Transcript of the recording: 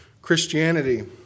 Christianity